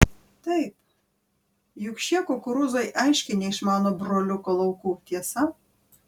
taip juk šie kukurūzai aiškiai ne iš mano broliuko laukų tiesa